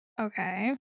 Okay